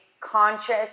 conscious